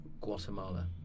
Guatemala